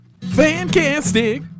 Fantastic